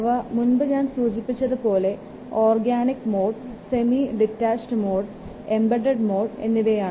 അവ മുൻപ് ഞാൻ സൂചിപ്പിച്ചതുപോലെ organic mode semi detached mode embedded mode എന്നിവയാണ്